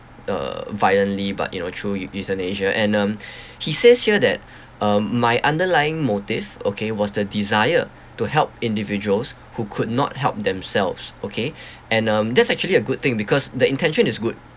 uh violently but you know through eu~ euthanasia and um he says here that um my underlying motive okay was the desire to help individuals who could not help themselves okay and um that's actually a good thing because the intention is good